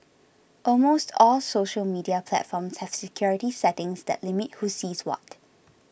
almost all social media platforms have security settings that limit who sees what